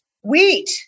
wheat